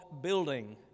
building